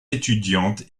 étudiantes